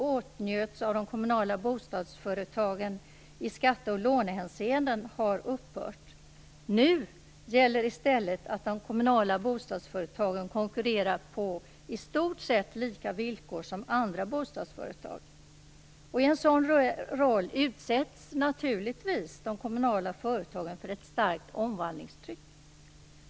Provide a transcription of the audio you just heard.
åtnjöts av de kommunala bostadsföretagen i skatteoch lånehänseende har upphört. Nu gäller i stället att de kommunala bostadsföretagen konkurrerar med andra bostadsföretag på i stort sett lika villkor. I en sådan roll utsätts naturligtvis de kommunala företagen för ett starkt omvandlingstryck.